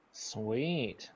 Sweet